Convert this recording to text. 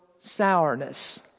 sourness